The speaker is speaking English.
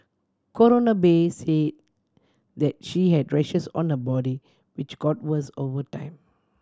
Coroner Bay say that she had rashes on her body which got worse over time